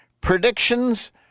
Predictions